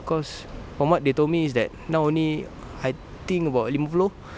cause from what they told me is that now only I think about lima puluh